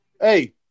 Hey